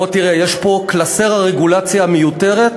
בוא תראה, יש פה קלסר הרגולציה המיותרת.